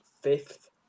fifth